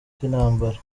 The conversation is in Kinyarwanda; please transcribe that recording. by’intambara